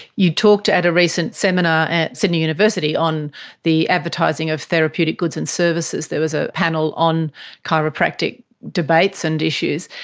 you talked at a recent seminar at sydney university on the advertising of therapeutic goods and services. there was a panel on chiropractic debates and issues,